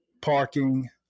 parking